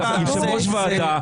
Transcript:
אתה יושב ראש ועדה.